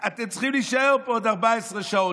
אתם צריכים להישאר פה עוד 14 שעות.